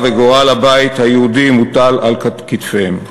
וגורל הבית היהודי מוטלים על כתפיהם.